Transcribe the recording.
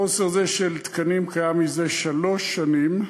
חוסר זה של תקנים קיים זה שלוש שנים,